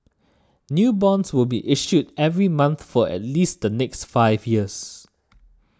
new bonds will be issued every month for at least the next five years